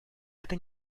это